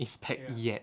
impact yet